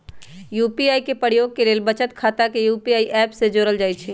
UPI के प्रयोग के लेल बचत खता के यू.पी.आई ऐप से जोड़ल जाइ छइ